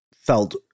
felt